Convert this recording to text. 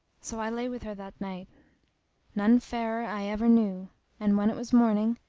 so i lay with her that night none fairer i ever knew and, when it was morning,